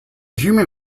human